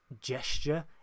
gesture